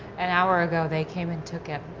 an hour ago they came and took him.